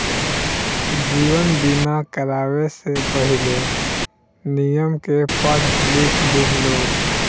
जीवन बीमा करावे से पहिले, नियम के पढ़ लिख लिह लोग